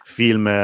film